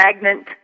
Magnet